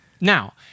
Now